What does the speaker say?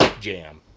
jam